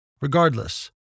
Regardless